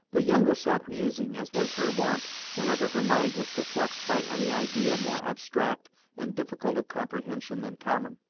the younger sat musing, as was her wont whenever her mind was perplexed by any idea more abstract and difficult of comprehension than common.